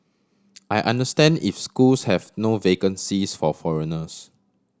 I understand if schools have no vacancies for foreigners